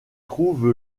trouve